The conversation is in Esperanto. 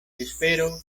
espero